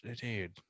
dude